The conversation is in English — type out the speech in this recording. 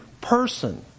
person